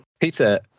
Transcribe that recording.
peter